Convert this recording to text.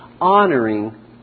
honoring